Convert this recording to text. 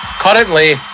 Currently